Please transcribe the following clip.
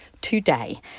today